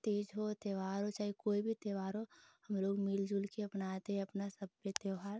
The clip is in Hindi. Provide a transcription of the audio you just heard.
तीज़ हो त्योहार हो चाहे कोई भी त्योहार हो हमलोग मिलजुलकर अपनाते हैं अपना सब पर्व त्योहार